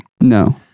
No